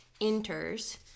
enters